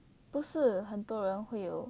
不是很多人会有